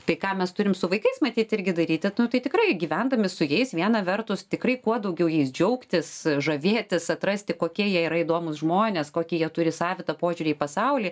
tai ką mes turim su vaikais matyt irgi daryti nu tai tikrai gyvendami su jais viena vertus tikrai kuo daugiau jais džiaugtis žavėtis atrasti kokie jie yra įdomūs žmonės kokį jie turi savitą požiūrį į pasaulį